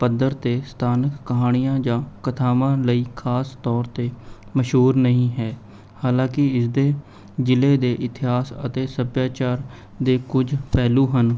ਪੱਧਰ 'ਤੇ ਸਥਾਨਕ ਕਹਾਣੀਆਂ ਜਾਂ ਕਥਾਵਾਂ ਲਈ ਖਾਸ ਤੌਰ 'ਤੇ ਮਸ਼ਹੂਰ ਨਹੀਂ ਹੈ ਹਾਲਾਂਕਿ ਇਸਦੇ ਜ਼ਿਲ੍ਹੇ ਦੇ ਇਤਿਹਾਸ ਅਤੇ ਸੱਭਿਆਚਾਰ ਦੇ ਕੁਝ ਪਹਿਲੂ ਹਨ